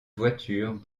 voitures